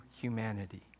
humanity